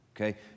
Okay